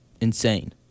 insane